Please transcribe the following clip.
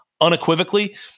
unequivocally